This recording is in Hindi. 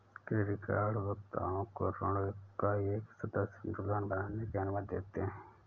क्रेडिट कार्ड उपभोक्ताओं को ऋण का एक सतत संतुलन बनाने की अनुमति देते हैं